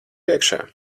iekšā